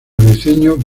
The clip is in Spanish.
briceño